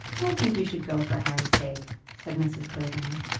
i think you should go for harry's sake, said mrs. clavering.